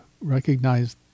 recognize